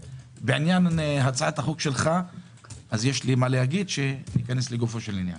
בעניין הצעת החוק שלך יש לי מה להגיד כאשר ניכנס לגופו של עניין.